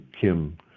Kim